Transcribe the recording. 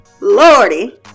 Lordy